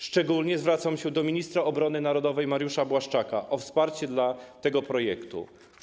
Szczególnie zwracam się do ministra obrony narodowej Mariusza Błaszczaka o wsparcie tego projektu.